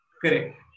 Correct